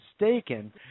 mistaken